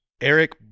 Eric